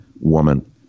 woman